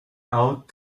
out